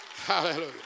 Hallelujah